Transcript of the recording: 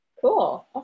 cool